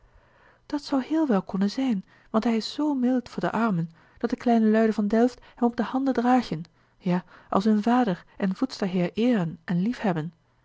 dat zou heel wel konnen zijn want hij is zoo mild voor de armen dat de kleine luiden van delft hem op de handen dragen ja als hun vader en voedsterheer eeren en liefhebben